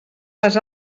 les